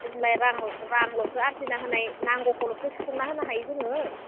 जोंलाय रांल' रांल'सो आरजिनो होनाय नांगौखौल'सो सुफुंना होनो हायो जोङो